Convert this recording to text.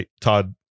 Todd